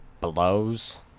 blows